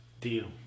Deal